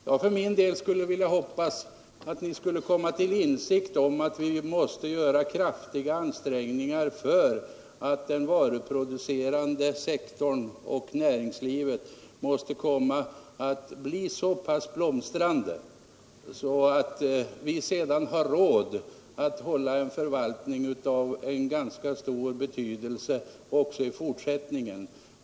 Jag för min del hade hoppats att ni skulle komma till insikt om att vi måste göra kraftiga ansträngningar för att den varuproducerande sektorn och näringslivet skall bli så pass blomstrande att vi sedan har råd att hålla en förvaltning av ganska stor omfattning även i fortsättningen.